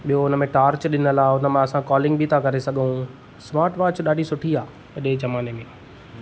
ॿियो हुन में टार्च ॾिनलु आहे हुन मां असां कॉलिंग बि था करे सघूं स्मार्टवॉच ॾाढी सुठी आ अॼु जे ज़माने में